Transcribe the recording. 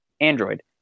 Android